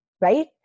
Right